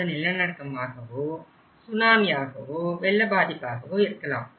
அது நிலநடுக்கமாகவோ சுனாமியாகவோ வெள்ள பாதிப்பாகவோ இருக்கலாம்